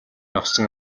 авсан